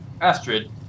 Astrid